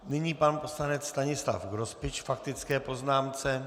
Nyní pan poslanec Stanislav Grospič k faktické poznámce.